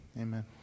amen